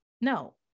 No